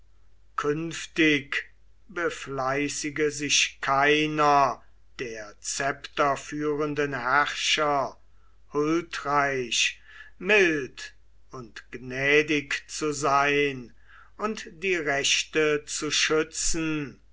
künftig befleißige sich keiner der zepterführenden herrscher huldreich mild und gnädig zu sein und die rechte zu schützen